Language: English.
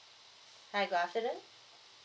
hi good afternoon